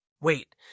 Wait